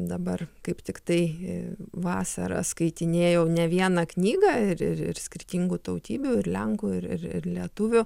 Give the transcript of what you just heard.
dabar kaip tiktai vasarą skaitinėjau ne vieną knygą ir ir skirtingų tautybių ir lenkų ir ir lietuvių